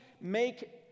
make